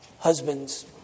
Husbands